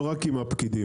לא רק עם הפקידים.